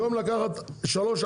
במקום לקחת את המוצר שלוש,